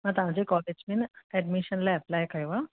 मां तव्हांजे कॉलेज में एडमिशन लाइ अप्लाए कयो आहे